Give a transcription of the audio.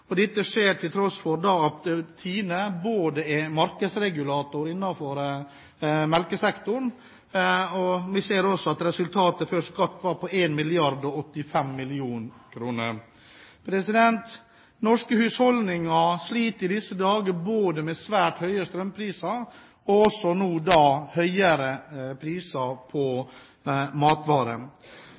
Dette skjer til tross for at TINE er markedsregulator innenfor melkesektoren, og at resultatet før skatt var på 1,085 mrd. kr. Norske husholdninger sliter i disse dager med både svært høye strømpriser og høyere priser på matvarer. Vi ser også at grensevarehandelen vår er i ferd med å nå